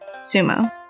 sumo